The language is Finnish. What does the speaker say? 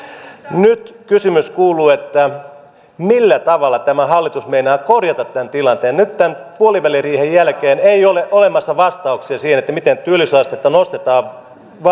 nyt kysymys kuuluu millä tavalla tämä hallitus meinaa korjata tämän tilanteen nyt puoliväliriihen jälkeen ei ole olemassa vastauksia siihen miten työllisyysastetta nostetaan